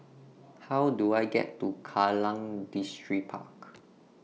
How Do I get to Kallang Distripark